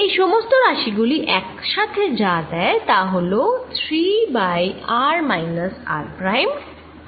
এই সমস্ত রাশি গুলি একসাথে যা দেয় তা হল 3 by r minus r prime cube